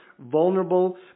vulnerable